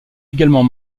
également